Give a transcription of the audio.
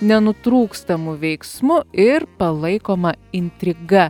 nenutrūkstamu veiksmu ir palaikoma intriga